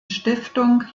stiftung